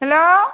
hello